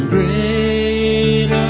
Great